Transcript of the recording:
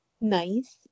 Nice